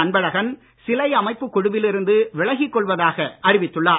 அன்பழகன் சிலை அமைப்புக் குழுவில் இருந்து விலகிக் கொள்வதாக அறிவித்துள்ளார்